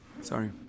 sorry